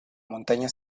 montaña